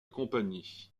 compagnie